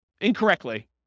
incorrectly